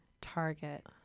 Target